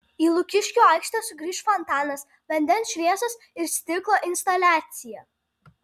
į lukiškių aikštę sugrįš fontanas vandens šviesos ir stiklo instaliacija